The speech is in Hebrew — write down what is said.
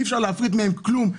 אי אפשר להפריט מהם כלום.